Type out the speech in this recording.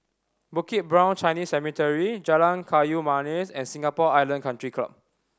Bukit Brown Chinese Cemetery Jalan Kayu Manis and Singapore Island Country Club